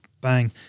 bang